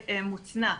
מוצנע.